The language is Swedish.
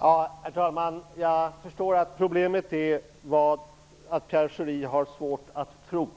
Herr talman! Jag förstår att problemet är att Pierre Schori har svårt att tro.